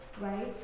right